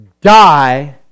die